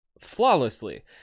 Flawlessly